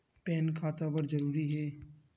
Pan खाता बर जरूरी हे?